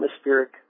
atmospheric